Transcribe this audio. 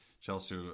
Chelsea